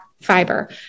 fiber